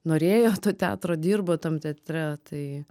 norėjo to teatro dirbo tam teatre tai